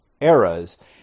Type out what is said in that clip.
eras